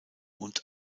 und